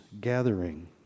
Gathering